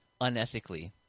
Unethically